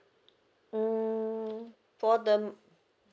mm for the